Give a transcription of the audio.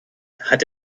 hat